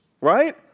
right